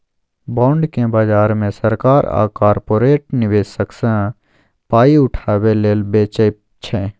bond केँ बजार मे सरकार आ कारपोरेट निबेशक सँ पाइ उठाबै लेल बेचै छै